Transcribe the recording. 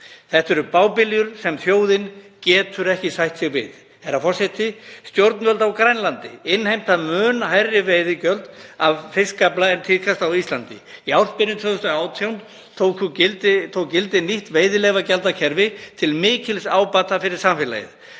Þetta eru bábiljur sem þjóðin getur ekki sætt sig við. Herra forseti. Stjórnvöld á Grænlandi innheimta mun hærri veiðigjöld af fiskafla en tíðkast á Íslandi. Í ársbyrjun 2018 tók gildi nýtt veiðileyfagjaldakerfi til mikils ábata fyrir samfélagið.